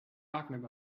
talking